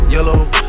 Yellow